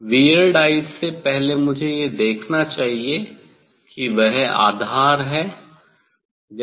weird eyes से पहले मुझे यह देखना चाहिए कि वह आधार है